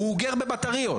הוא אוגר בבטריות.